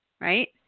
right